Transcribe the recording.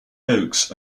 oaks